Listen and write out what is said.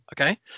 okay